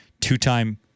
Two-time